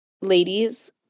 ladies